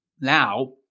now